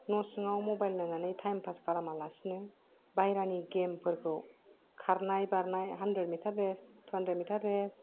न' सिङाव मबाइल नायनानै टाइम पास खालामालासिनो बाहेरानि गेम फोरखौ खारनाय बारनाय hundred metre race two hundred metre race